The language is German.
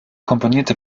komponierte